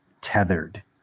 tethered